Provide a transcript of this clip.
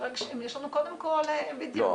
יש לנו קודם כל --- לא,